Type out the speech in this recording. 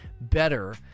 better